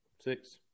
Six